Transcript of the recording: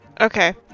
Okay